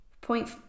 Point